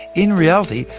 in reality,